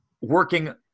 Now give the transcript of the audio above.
Working